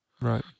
Right